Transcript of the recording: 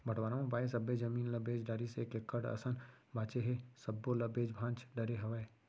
बंटवारा म पाए सब्बे जमीन ल बेच डारिस एक एकड़ असन बांचे हे सब्बो ल बेंच भांज डरे हवय